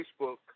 Facebook